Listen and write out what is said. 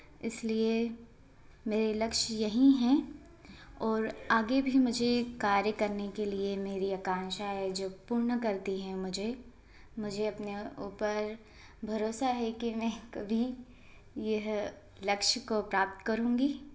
इस लिए मेरा लक्ष्य यहीं है और आगे भी मुझे कार्य करने के लिए मेरी आकांशा है जो पूर्ण करती हैं मुझे मुझे अपने ऊपर भरोसा है कि मैं कभी यह लक्ष्य को प्राप्त करूँगी